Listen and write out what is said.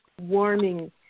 warming